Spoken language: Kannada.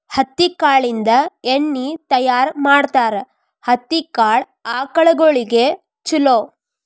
ಹತ್ತಿ ಕಾಳಿಂದ ಎಣ್ಣಿ ತಯಾರ ಮಾಡ್ತಾರ ಹತ್ತಿ ಕಾಳ ಆಕಳಗೊಳಿಗೆ ಚುಲೊ